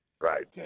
Right